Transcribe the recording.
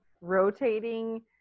rotating